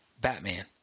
Batman